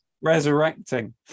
resurrecting